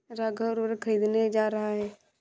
राघव उर्वरक खरीदने जा रहा है